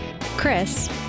Chris